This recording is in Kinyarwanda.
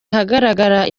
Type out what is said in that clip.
ahagaragara